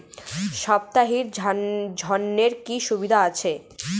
সাপ্তাহিক ঋণের কি সুবিধা আছে?